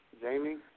Jamie